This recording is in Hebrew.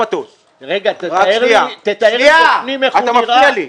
תתאר לי בפנים איך הוא נראה.